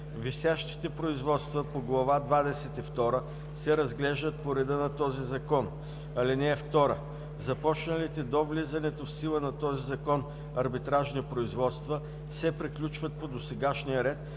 Висящите производства по глава двадесет и втора се разглеждат по реда на този закон. (2) Започналите до влизането в сила на този закон арбитражни производства се приключват по досегашния ред,